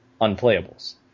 unplayables